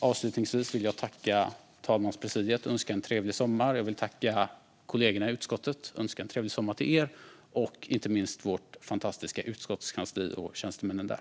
Avslutningsvis vill jag tacka talmanspresidiet och önska en trevlig sommar. Jag vill också tacka kollegorna i utskottet och önska en trevlig sommar. Detsamma vill jag säga till vårt fantastiska utskottskansli och tjänstemännen där.